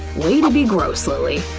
way to be gross, lilly.